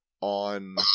on